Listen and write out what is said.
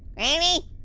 granny?